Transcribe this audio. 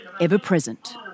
ever-present